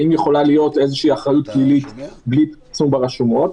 האם יכולה להיות איזושהי אחריות פלילית בלי פרסום ברשומות.